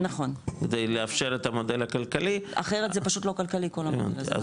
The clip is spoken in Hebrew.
כדי לאפשר את המודל הכלכלי --- אחרת זה פשוט לא כלכלי כל הנושא הזה,